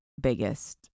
biggest